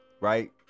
right